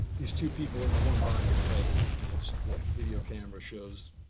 these two people in the one body are fighting, and it's the video camera shows